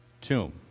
tomb